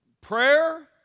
prayer